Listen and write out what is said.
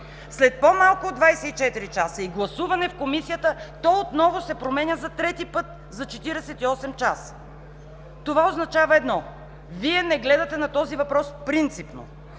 След по-малко от 24 часа и гласуване в Комисията, то отново се променя за трети път за 48 часа. Това означава едно: Вие не гледате на този въпрос принципно,